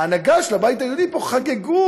ההנהגה של הבית היהודי פה חגגו.